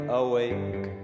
awake